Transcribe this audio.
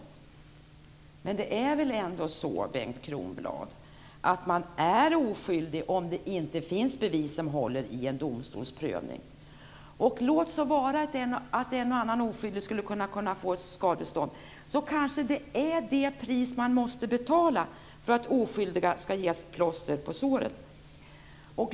Men det är väl ändå så, Bengt Kronblad, att man är oskyldig om det inte finns bevis som håller i en domstolsprövning? Låt så vara att en och annan oskyldig skulle kunna få skadestånd. Kanske är det det pris man måste betala för att oskyldiga skall ges plåster på såret.